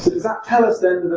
that tell us then